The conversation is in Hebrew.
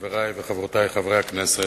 חברי וחברותי חברי הכנסת,